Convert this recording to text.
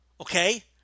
okay